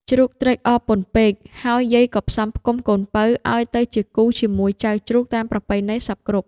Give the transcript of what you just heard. ជ្រូកត្រេកអរពន់ពេក ហើយយាយក៏ផ្សំផ្គុំកូនពៅឱ្យទៅជាគូរជាមួយចៅជ្រូកតាមប្រពៃណីសព្វគ្រប់។